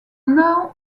now